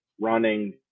running